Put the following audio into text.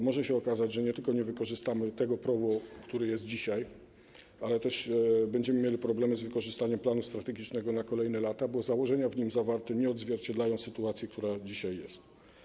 Może się bowiem okazać, że nie tylko nie wykorzystamy tego PROW-u, który jest dzisiaj, ale też będziemy mieli problemy z wykorzystaniem planu strategicznego na kolejne lata, bo założenia w nim zawarte nie odzwierciedlają sytuacji, która teraz jest.